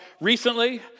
recently